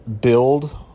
build